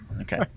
Okay